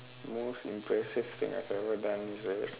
most impressive thing I have ever done is it